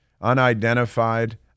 Unidentified